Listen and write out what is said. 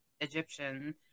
Egyptian